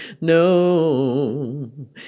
No